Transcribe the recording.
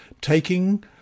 taking